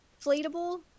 inflatable